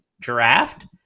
draft